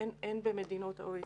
שאין במדינות ה-OECD.